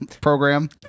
program